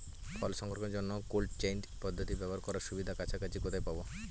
ফল সংরক্ষণের জন্য cold chain পদ্ধতি ব্যবহার করার সুবিধা কাছাকাছি কোথায় পাবো?